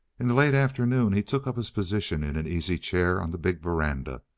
in the late afternoon he took up his position in an easy chair on the big veranda.